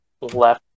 left